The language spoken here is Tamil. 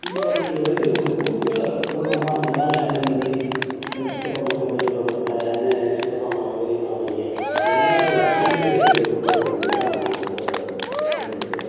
தீபாவளிங்கிறது ஒரு கூட்டு குடும்பமாக எல்லாமே அண்ணன் தம்பி சித்தப்பா மக்க பெரியப்பா மக்க அண்ணன் சித்தப்பா மவன் பெரியப்பா மகன் எல்லாரும் சேர்ந்து வந்து கொண்டாடக்கூடியது தான் நாங்கள் வந்து அதை பயன்படுத்துகிறோம்